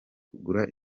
kugura